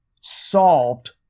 solved